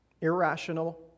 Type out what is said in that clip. irrational